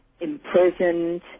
imprisoned